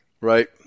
right